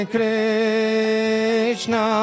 Krishna